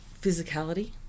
physicality